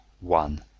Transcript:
one